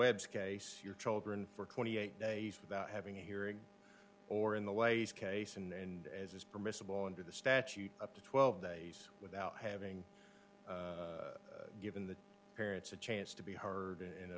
web's case your children for twenty eight dollars days without having a hearing or in the ways case and as is permissible under the statute up to twelve days without having given the parents a chance to be heard